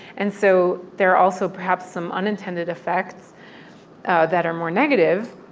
and so there are also perhaps some unintended effects that are more negative.